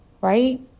right